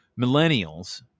millennials